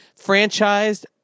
franchised